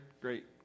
great